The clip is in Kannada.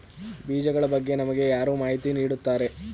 ಬೀಜಗಳ ಬಗ್ಗೆ ನಮಗೆ ಯಾರು ಮಾಹಿತಿ ನೀಡುತ್ತಾರೆ?